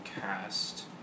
cast